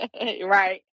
Right